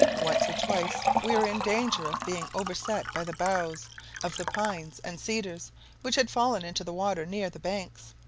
once or twice we were in danger of being overset by the boughs of the pines and cedars which had fallen into the water near the banks.